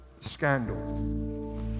scandal